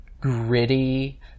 gritty